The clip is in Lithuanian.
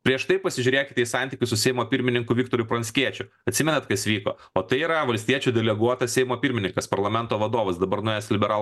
prieš tai pasižiūrėkite į santykius su seimo pirmininku viktoru pranckiečiu atsimenat kas vyko o tai yra valstiečių deleguotas seimo pirmininkas parlamento vadovas dabar naujas liberalų